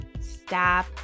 stop